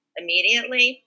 immediately